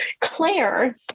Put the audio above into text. Claire